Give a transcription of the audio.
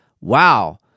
wow